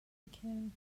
became